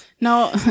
No